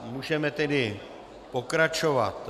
Můžeme tedy pokračovat.